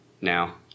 Now